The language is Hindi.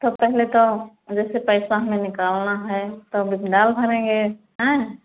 तो पहले तो और जैसे पैसा हमें निकलना है तौ विड्राल भरेंगे हएं